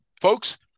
folks